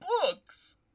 books